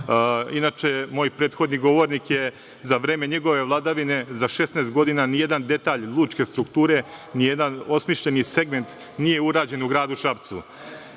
Inače, moj prethodni govornik je za vreme njegove vladavine, za 16 godina, ni jedan detalj lučke strukture, ni jedan osmišljeni segment nije urađen u gradu Šapcu.